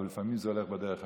אבל לפעמים זה הולך בדרך הקשה.